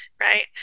right